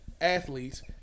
athletes